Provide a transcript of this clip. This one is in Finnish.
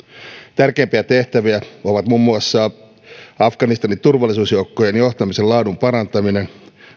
tärkeimpiä tehtäviä ovat muun muassa afganistanin turvallisuusjoukkojen johtamisen laadun parantaminen